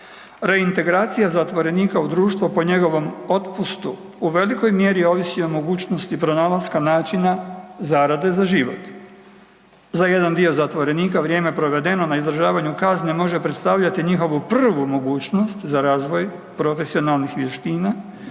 Reintegracija zatvorenika u društvo po njegovom otpustu u velikoj mjeri ovisi o mogućnosti pronalaska način zarade za život. Za jedan dio zatvorenika vrijeme provedeno na izdržavanju kazne može predstavljati njihovu prvu mogućnost za razvoj profesionalnih vještina